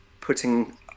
putting